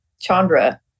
Chandra